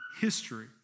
history